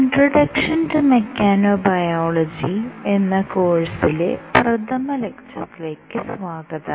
introduction to mechanobiology എന്ന കോഴ്സിലെ പ്രഥമഃ ലെക്ച്ചറിലേക്ക് സ്വാഗതം